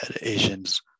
Asians